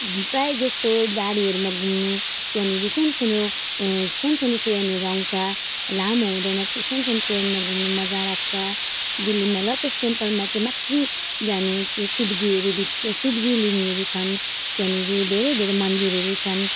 प्रायःजस्तो गाडीहरूमा घुम्नु त्यहाँनिर सानसानो सानसानो ट्रेनहरू आउँछ लामो हुँदैन त्यो सानसानो ट्रेनमा घुम्नु मजा लाग्छ दिल्लीमा लोटस टेम्पलमा चाहिँ माथि जानु त्यो शिवजीहरू भित शिवजी लिङहरू छन् त्यहाँनिर धेरै धेरै मन्दिरहरू छन्